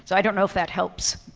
so i don't know if that helps.